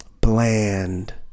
bland